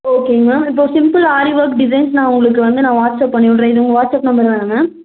ஓகேங்க மேம் இப்போ simple aari work designs நான் உங்களுக்கு வந்து நான் வாட்ஸ்அப் பண்ணி விட்றேன் இது உங்கள் வாட்ஸ்அப் நம்பர் தானே மேம்